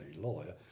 lawyer